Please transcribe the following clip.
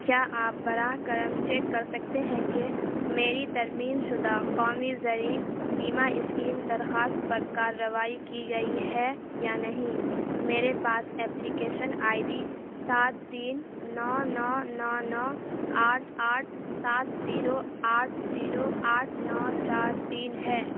کیا آپ براہ کرم چیک کر سکتے ہیں کہ میری ترمیم شدہ قومی زرعی بیمہ اسکیم درخواست پر کارروائی کی گئی ہے یا نہیں میرے پاس اپلیکیشن آئی ڈی سات تین نو نو نو نو آٹھ آٹھ سات زیرو آٹھ زیرو آٹھ نو چار تین ہے